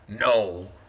no